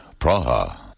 Praha